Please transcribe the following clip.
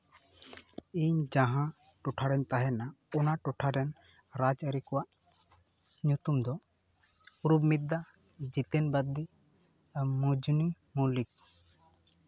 ᱤᱧ ᱡᱟᱦᱟᱸ ᱴᱚᱴᱷᱟ ᱨᱮᱧ ᱛᱟᱦᱮᱱᱟ ᱚᱱᱟ ᱴᱚᱴᱷᱟ ᱨᱮᱱ ᱨᱟᱡᱽ ᱟᱹᱨᱤ ᱠᱚᱣᱟᱜ ᱧᱩᱛᱩᱢ ᱫᱚ ᱚᱨᱩᱯ ᱵᱤᱫᱽᱫᱟ ᱡᱤᱛᱮᱱ ᱵᱟᱜᱽᱫᱤ ᱢᱩᱨᱡᱚᱱᱤ ᱢᱚᱞᱞᱤᱠ